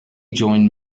join